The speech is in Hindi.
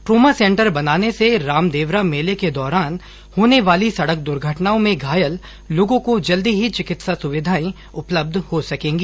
ट्रोमा सेंटर बनने से रामदेवरा मेले के दौरान होने वाली सड़क दुर्घटनाओं में घायल लोगों को जल्दी ही चिकित्सा सुविधाएं उपलब्ध हो सकेंगी